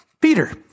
Peter